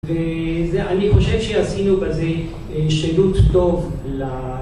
ואני חושב שעשינו בזה שירות טוב